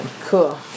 Cool